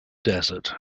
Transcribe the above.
desert